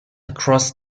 across